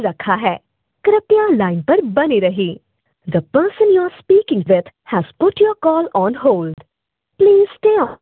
रखा है कृपया लाइन पर बने रहे the person you are speaking with has put your call on hold please stay on